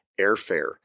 airfare